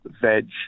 veg